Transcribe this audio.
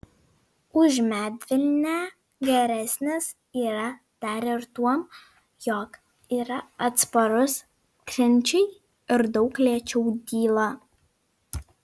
už medvilnę geresnis yra dar ir tuom jog yra atsparus trinčiai ir daug lėčiau dyla